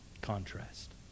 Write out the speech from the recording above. Contrast